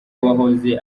wahoze